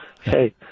hey